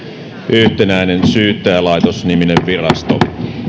yhtenäinen syyttäjälaitos niminen virasto